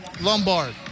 Lombard